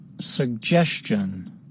Suggestion